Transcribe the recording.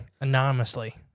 anonymously